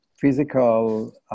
physical